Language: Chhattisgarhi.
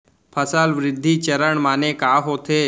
फसल वृद्धि चरण माने का होथे?